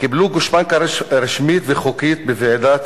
וקיבלו גושפנקה רשמית וחוקית בוועידת